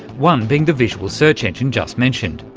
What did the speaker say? one being the visual search engine just mentioned.